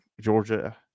Georgia